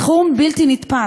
סכום בלתי נתפס.